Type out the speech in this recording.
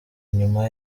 nyuma